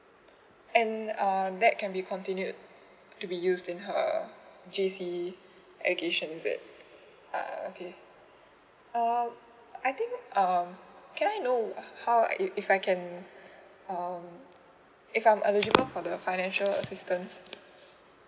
and uh that can be continued to be used in her J C education is it uh okay uh I think uh can I know how if if I can um if I'm eligible for the financial assistance